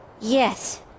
Yes